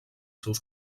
seus